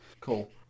Cool